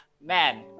man